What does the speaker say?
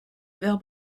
vert